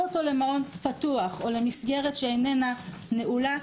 אותו למעון פתוח או למסגרת שאינה נעולה.